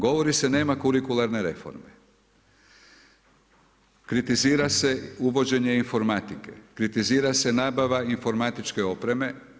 Govori se nema kurikularne reforme, kritizira se uvođenje informatike, kritizira se nabava informatičke opreme.